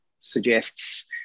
suggests